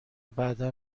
بعدا